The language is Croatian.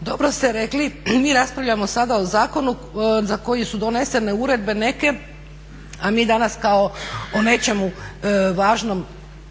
dobro ste rekli mi raspravljamo sada o zakonu za koji su donesene uredbe neke, a mi danas kao o nečemu važnom